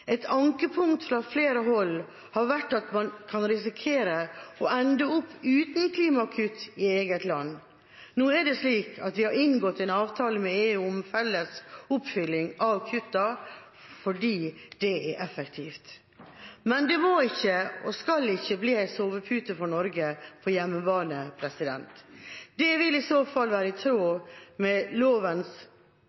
Et ankepunkt fra flere hold har vært at man kan risikere å ende opp uten klimakutt i eget land. Nå er det slik at vi har inngått en avtale med EU om felles oppfylling av kuttene, fordi det er effektivt. Men det må ikke og skal ikke bli en sovepute for Norge på hjemmebane. Det vil i så fall være i